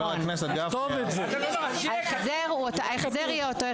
--- ההחזר הוא אותו החזר.